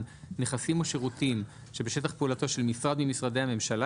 נכסים או שירותים שבשטח פעולתו של משרד ממשרדי הממשלה